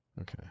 Okay